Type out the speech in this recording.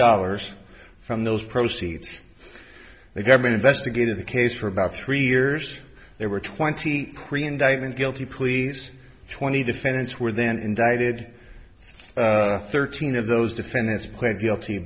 dollars from those proceeds the government investigated the case for about three years there were twenty korean diet and guilty pleas twenty defendants were then indicted thirteen of those defendants qui